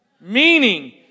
Meaning